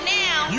now